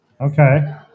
Okay